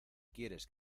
quieres